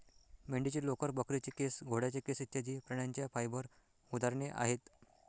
मेंढीचे लोकर, बकरीचे केस, घोड्याचे केस इत्यादि प्राण्यांच्या फाइबर उदाहरणे आहेत